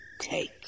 take